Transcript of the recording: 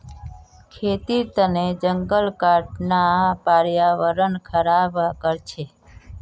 खेतीर तने जंगल काटना पर्यावरण ख़राब कर छे